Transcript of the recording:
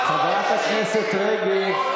חברת הכנסת רגב,